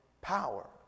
power